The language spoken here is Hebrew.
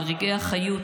על רגעי החיות,